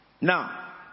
Now